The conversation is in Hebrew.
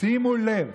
שימו לב.